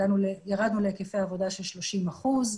ירדנו להיקפי עבודה של 30 אחוזים